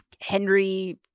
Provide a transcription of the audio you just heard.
Henry